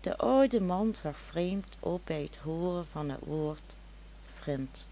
de oude man zag vreemd op bij het hooren van het woord vrind